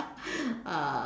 uh